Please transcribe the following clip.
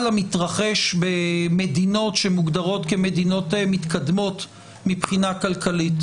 למתרחש במדינות שמוגדרות כמדינות מתקדמות כלכלית,